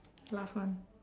last one